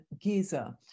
Giza